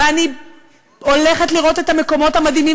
ואני הולכת לראות את המקומות המדהימים,